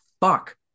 fuck